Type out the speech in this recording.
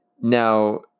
Now